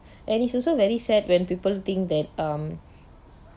and it's also very sad when people think that um